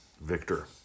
Victor